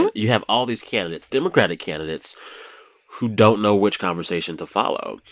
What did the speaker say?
and you have all these candidates democratic candidates who don't know which conversation to follow.